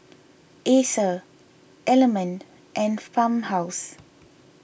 Acer Element and Farmhouse